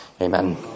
Amen